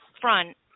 front